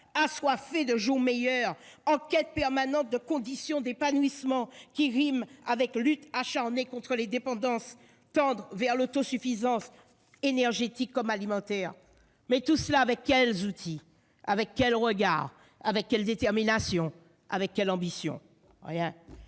assoiffés de jours meilleurs, en quête permanente de conditions d'épanouissement qui riment avec « lutte acharnée contre les dépendances », tendant vers l'autosuffisance aussi bien énergétique qu'alimentaire ? Mais tout cela, avec quels outils ? Avec quel regard ? Avec quelle détermination ? Avec quelle ambition ?